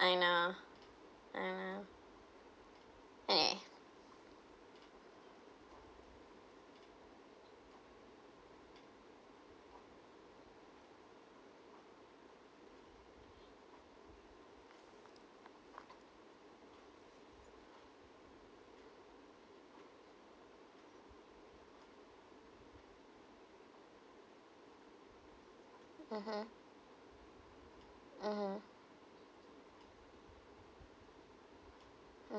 I know I know yeah mmhmm mmhmm mmhmm